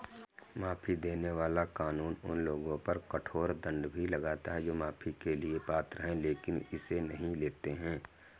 माफी देने वाला कानून उन लोगों पर कठोर दंड भी लगाता है जो माफी के लिए पात्र हैं लेकिन इसे नहीं लेते हैं